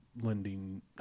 lending